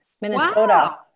Minnesota